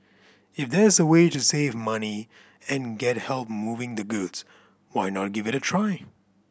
if there's a way to save money and get help moving the goods why not give it a try